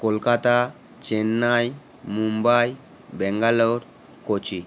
Kolkata Chennai Mumbai Bangalore Kochi